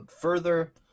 further